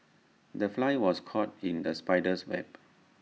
the fly was caught in the spider's web